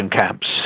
camps